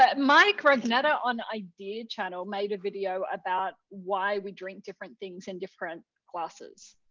but mike rugnetta on idea channel made a video about why we drink different things in different glasses.